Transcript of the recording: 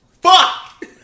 Fuck